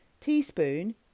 Teaspoon